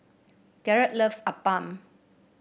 Garrett loves appam